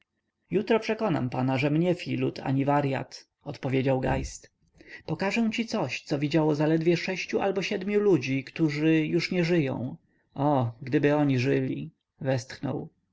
jutro przekonam pana żem nie filut ani waryat odpowiedział geist pokażę ci coś co widziało zaledwie sześciu albo siedmiu ludzi którzy już nie żyją o gdyby oni żyli westchnął